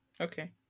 Okay